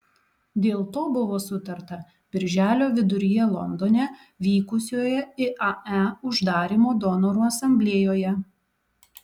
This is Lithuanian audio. dėl to buvo sutarta birželio viduryje londone vykusioje iae uždarymo donorų asamblėjoje